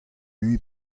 mui